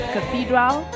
Cathedral